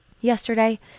yesterday